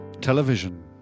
Television